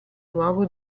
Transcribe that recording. luogo